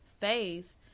faith